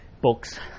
Books